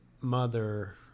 mother